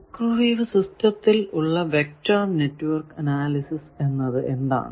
microwave സിസ്റ്റത്തിൽ ഉള്ള vector network analysis എന്നത് എന്താണ്